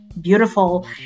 beautiful